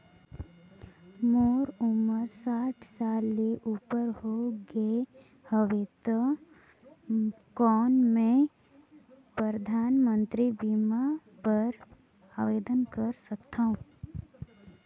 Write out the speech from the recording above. मोर उमर साठ साल ले उपर हो गे हवय त कौन मैं परधानमंतरी बीमा बर आवेदन कर सकथव?